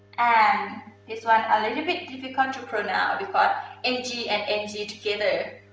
and this one a little bit difficult to pronounce because n g and n g together,